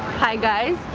hi, guys.